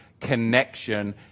connection